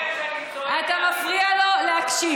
הוא אומר שאני צועק, אתה מפריע לו להקשיב.